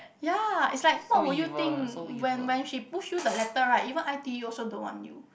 ya is like what would you think when when she push you the letter right even I_T_E also don't want you